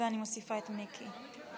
אני מכריזה: 32 בעד, שישה נגד,